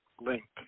link